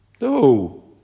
No